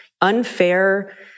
unfair